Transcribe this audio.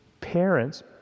parents